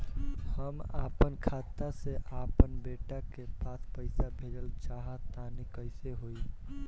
हम आपन खाता से आपन बेटा के पास पईसा भेजल चाह तानि कइसे होई?